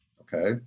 okay